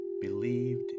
believed